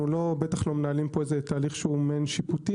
אנחנו לא מנהלים תהליך שיפוטי,